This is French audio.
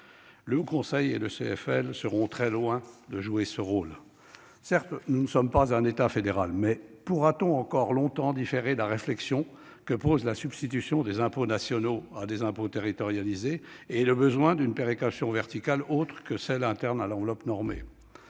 locales (CFL) seront très loin de jouer ce rôle. Certes, nous ne sommes pas un État fédéral ; mais pourra-t-on encore longtemps différer la réflexion qu'appellent la substitution des impôts nationaux à des impôts territorialisés et le besoin d'une péréquation verticale, autre que celle qui est appliquée au sein de l'enveloppe normée ?